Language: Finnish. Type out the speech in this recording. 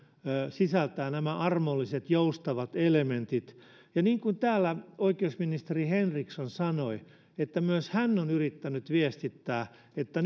sisältää nämä armolliset joustavat elementit ja niin kuin täällä oikeusministeri henriksson sanoi myös hän on yrittänyt viestittää että